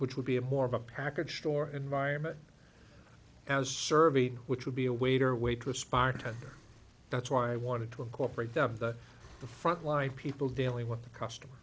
which would be a more of a package store environment as serving which would be a waiter or waitress bartender that's why i wanted to incorporate the the front line people dealing with the customer